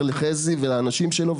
עוברים מיד לחזי ולאנשים שלו,